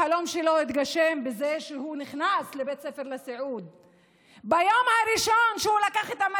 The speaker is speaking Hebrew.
את הצעת החוק, אני מתייחסת לכ-320,000 סטודנטים